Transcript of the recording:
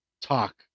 talk